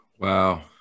Wow